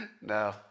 No